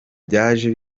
byaje